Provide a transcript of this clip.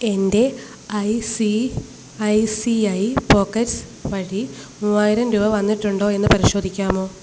എന്റെ I C I C I pockets വഴി മൂവായിരം രൂപ വന്നിട്ടുണ്ടോ എന്ന് പരിശോധിക്കാമോ